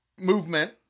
Movement